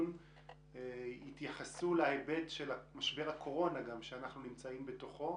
הנציגים יתייחסו גם להיבט של משבר הקורונה שאנו בתוכו.